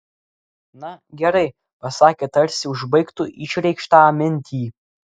na gerai pasakė tarsi užbaigtų išreikštą mintį